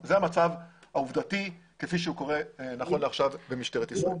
זה המצב העובדתי כפי שהוא קורה נכון לעכשיו במשטרת ישראל.